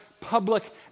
public